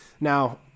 now